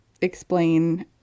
explain